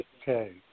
okay